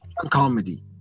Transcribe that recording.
comedy